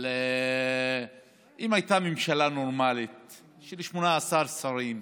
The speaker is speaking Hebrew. אבל אם הייתה ממשלה נורמלית של 18 שרים,